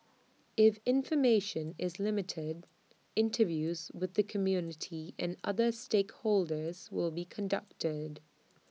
if information is limited interviews with the community and other stakeholders will be conducted